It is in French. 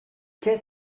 qu’est